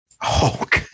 Hulk